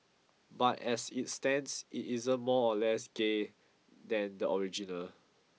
but as it stands it isn't more or less gay than the original